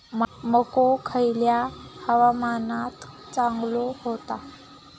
मको खयल्या हवामानात चांगलो होता?